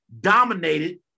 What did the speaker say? dominated